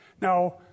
Now